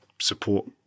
support